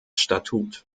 statut